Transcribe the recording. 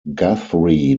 guthrie